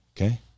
Okay